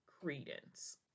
credence